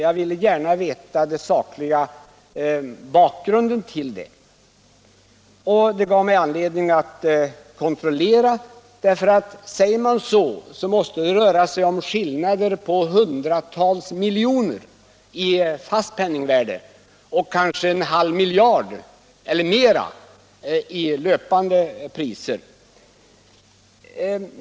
Jag ville gärna veta den sakliga bakgrunden till det. Det gav mig också anledning att kontrollera, därför att om man säger så måste det röra sig om skillnader på hundratals miljoner i fast penningvärde och kanske en halv miljard eller mera i löpande priser.